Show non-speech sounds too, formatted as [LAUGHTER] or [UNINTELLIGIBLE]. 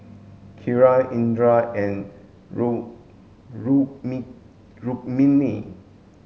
Kiran Indira and [UNINTELLIGIBLE] Rukmini